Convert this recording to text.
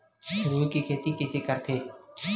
रुई के खेती कइसे करथे?